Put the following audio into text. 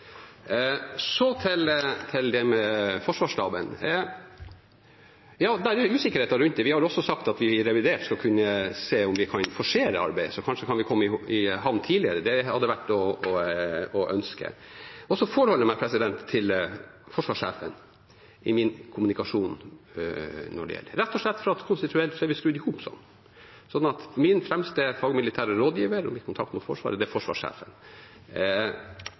Så det måtte jeg korrigere. Så til det med forsvarsstaben: Ja, det er usikkerheter rundt det. Vi har også sagt at vi i revidert skal se om vi kan forsere arbeidet, slik at vi kanskje kan komme i havn tidligere. Det hadde vært å ønske. Jeg forholder meg til forsvarssjefen i min kommunikasjon, rett og slett fordi vi konstitusjonelt er skrudd sammen slik. Min fremste fagmilitære rådgiver og kontakt med Forsvaret er forsvarssjefen. De usikkerhetene som man kan lete seg fram til i Riksrevisjonens rapport, er der, og ja, det er